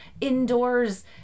indoors